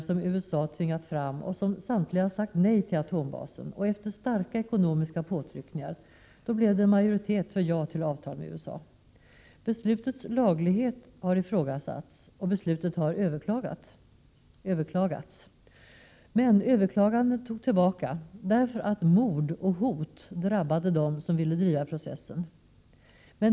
Resultatet av samtliga dessa har blivit ett nej till atombasen. Efter starka ekonomiska påtryckningar blev det emellertid en majoritet för ja till avtal med USA. Beslutets laglighet har ifrågasatts och beslutet har överklagats. Överklagandet togs tillbaka därför att mord och hot drabbade dem som ville driva processen.